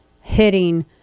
hitting